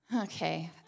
Okay